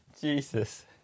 Jesus